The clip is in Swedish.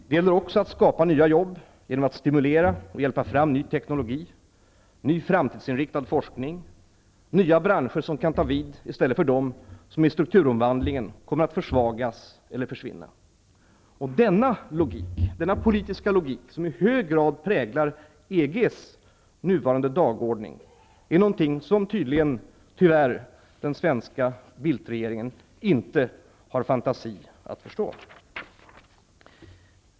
Det gäller också att skapa nya arbetstillfällen genom att stimulera och hjälpa fram ny teknologi, ny framtidsinriktad forskning och nya branscher som kan ta vid i stället för dem som i strukturomvandlingen kommer att försvagas eller försvinna. Denna politiska logik, som i hög grad präglar EG:s nuvarande dagordning, är någonting som tydligen, tyvärr, den svenska Bildt-regeringen inte har fantasi att förstå.